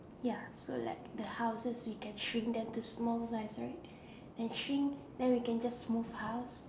ya so like the houses we can shrink them to small size right then shrink and we can just move house